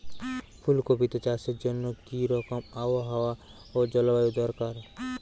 ফুল কপিতে চাষের জন্য কি রকম আবহাওয়া ও জলবায়ু দরকার?